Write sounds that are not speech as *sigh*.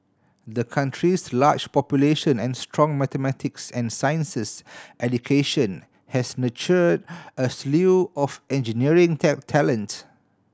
the country's large population and strong mathematics and sciences education has nurture a slew of engineering *unintelligible* talent